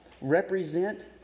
represent